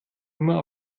immer